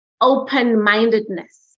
open-mindedness